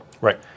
Right